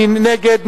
מי נגד?